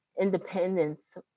independence